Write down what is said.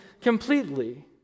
completely